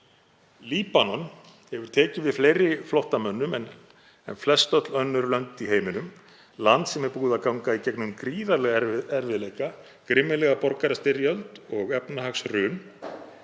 Líbanon hefur tekið við fleiri flóttamönnum en flestöll önnur lönd í heiminum. Land sem er búið að ganga í gegnum gríðarlega erfiðleika, grimmilega borgarastyrjöld og efnahagshrun,